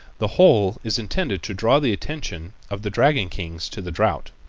the whole is intended to draw the attention of the dragon kings to the drought.